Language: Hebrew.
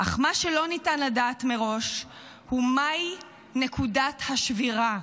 אך מה שלא ניתן לדעת מראש הוא מהי נקודת השבירה,